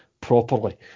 properly